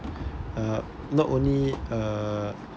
uh not only uh